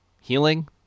healing